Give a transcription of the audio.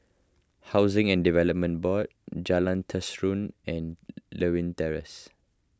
Housing and Development Board Jalan Terusan and Lewin Terrace